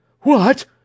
What